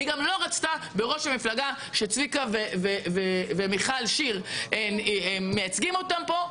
הוא גם לא רצתה בראש המפלגה שצביקה ומיכל שיר מייצגים אותה פה.